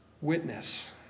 witness